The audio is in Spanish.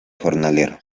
jornalero